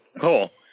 cool